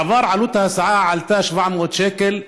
בעבר ההסעה עלתה 700 שקל במד"א,